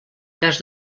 cas